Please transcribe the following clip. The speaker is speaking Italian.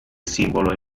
simbolo